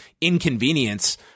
inconvenience